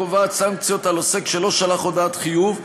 קובעת סנקציות על עוסק שלא שלח הודעת חיוב,